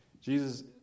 Jesus